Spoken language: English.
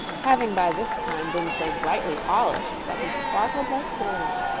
having by this time been so brightly polished that he sparkled like silver.